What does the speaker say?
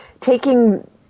taking